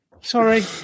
sorry